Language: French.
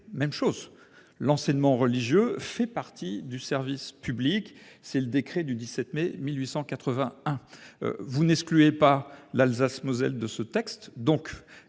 même chose. L'enseignement religieux fait partie du service public, aux termes du décret du 17 mai 1881. Vous n'excluez pas l'Alsace-Moselle de ce texte.